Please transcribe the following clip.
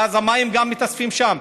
ואז המים מתאספים גם שם.